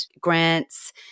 grants